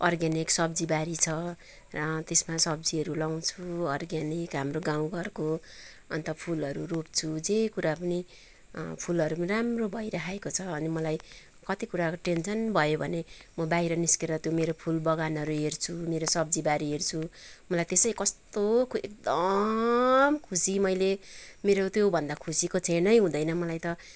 organic सब्जी बारी छ त्यसमा सब्जीहरू लाउँछु अर्ग्यानिक हाम्रो गाउँ घरको अन्त फुलहरू रोप्छु जे कुरा पनि फुलहरू पनि राम्रो भइराखेको छ अनि मलाई कति कुराको टेनसन भयो भने म बाहिर निस्किएर त्यो मेरो फुल बगानहरू हेर्छु मेरो सब्जी बारी हेर्छु मलाई त्यसै कस्तो एकदम खुसी मैले मेरो त्योभन्दा खुसीको क्षणै हुँदैन मलाई त